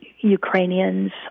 Ukrainians